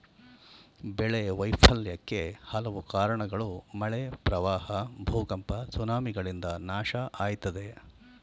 ಬೆಳೆ ವೈಫಲ್ಯಕ್ಕೆ ಹಲವು ಕಾರ್ಣಗಳು ಮಳೆ ಪ್ರವಾಹ ಭೂಕಂಪ ಸುನಾಮಿಗಳಿಂದ ನಾಶ ಆಯ್ತದೆ